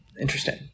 interesting